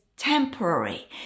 Temporary